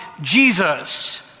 Jesus